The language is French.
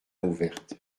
ouverte